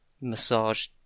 massage